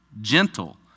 gentle